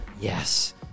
Yes